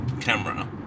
camera